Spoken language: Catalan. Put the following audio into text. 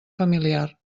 familiar